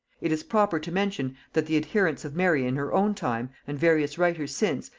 it is proper to mention, that the adherents of mary in her own time, and various writers since,